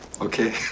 Okay